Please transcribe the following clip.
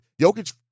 Jokic